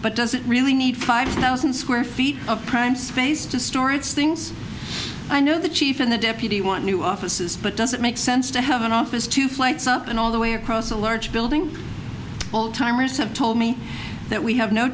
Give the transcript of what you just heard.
but does it really need five thousand square feet of prime space to store its things i know the chief the deputy want new offices but does it make sense to have an office two flights up and all the way across a large building timers have told me that we have no